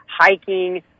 hiking